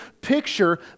picture